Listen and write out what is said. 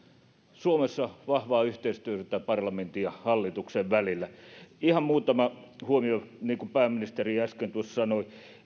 vahvaa yhteistyötä parlamentin ja hallituksen välillä suomessa ihan muutama huomio niin kuin pääministeri äsken tuossa sanoi